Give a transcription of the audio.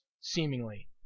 seemingly